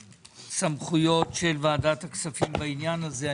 בסמכויות ועדת הכספים בעניין הזה.